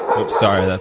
oops, sorry,